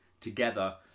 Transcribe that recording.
together